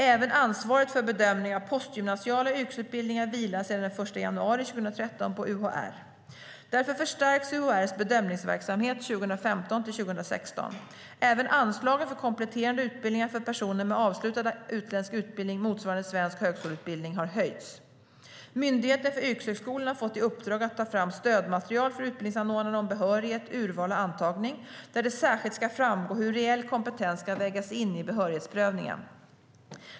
Även ansvaret för bedömning av postgymnasiala yrkesutbildningar vilar sedan den 1 januari 2013 på UHR. Därför förstärks UHR:s bedömningsverksamhet 2015-2016. Även anslagen för kompletterande utbildningar för personer med avslutad utländsk utbildning motsvarande en svensk högskoleutbildning har höjts. Myndigheten för yrkeshögskolan har fått i uppdrag att ta fram stödmaterial för utbildningsanordnarna om behörighet, urval och antagning där det särskilt ska framgå hur reell kompetens ska vägas in i behörighetsprövningen.